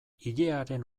ilearen